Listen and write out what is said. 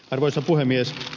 arvoisa puhemies